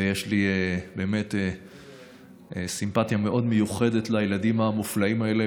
ויש לי סימפתיה מאוד מיוחדת לילדים המופלאים האלה.